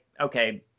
okay